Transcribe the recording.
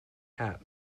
hat